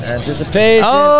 Anticipation